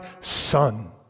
Son